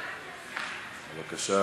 בבקשה,